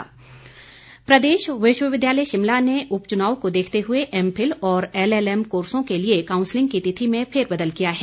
विश्वविद्यालय प्रदेश विश्वविद्यालय शिमला ने उपचुनाव को देखते हुए एमफिल और एलएलएम कोर्सों के लिए कांउसलिंग की तिथि में फेरबदल किया है